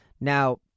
Now